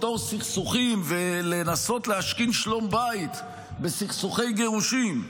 לפתור סכסוכים ולנסות להשכין שלום בית בסכסוכי גירושין.